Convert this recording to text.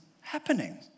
happening